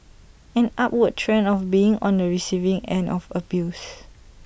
an upward trend of being on the receiving end of abuse